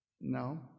No